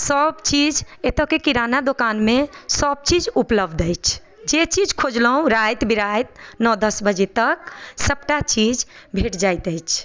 सभ चीज एत्तोके किराना दोकानमे सभ चीज उपलब्ध अछि जे चीज खोजलहुँ राति बिराति नओ दस बजे तक सभटा चीज भेट जाइत अछि